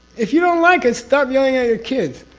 if you don't like it, stop yelling at your kids.